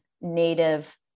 native